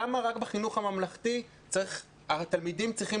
למה רק בחינוך הממלכתי התלמידים צריכים